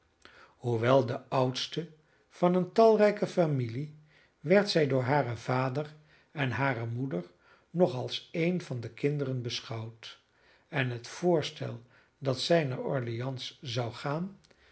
hoewel de oudste van een talrijke familie werd zij door haren vader en hare moeder nog als een van de kinderen beschouwd en het voorstel dat zij naar orleans zou gaan